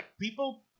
people